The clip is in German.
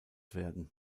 werden